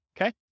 Okay